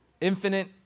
infinite